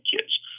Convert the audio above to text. kids